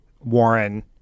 Warren